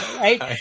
right